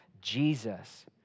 Jesus